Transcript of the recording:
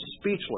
speechless